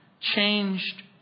changed